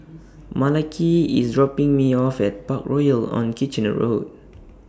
Malaki IS dropping Me off At Parkroyal on Kitchener Road